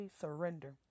surrender